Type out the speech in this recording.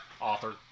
author